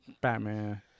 Batman